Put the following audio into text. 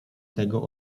tego